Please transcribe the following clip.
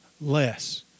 less